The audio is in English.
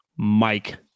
Mike